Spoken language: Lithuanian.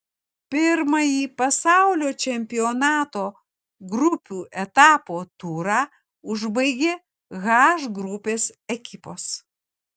pirmąjį pasaulio čempionato grupių etapo turą užbaigė h grupės ekipos